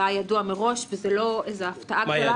זה היה ידוע מראש, וזו לא הפתעה גדולה.